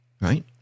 right